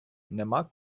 нема